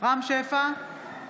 רם שפע,